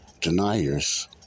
Deniers